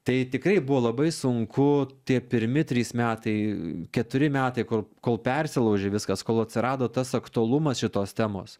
tai tikrai buvo labai sunku tie pirmi trys metai keturi metai kur kol persilaužė viskas kol atsirado tas aktualumas šitos temos